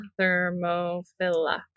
thermophila